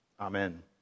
Amen